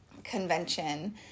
convention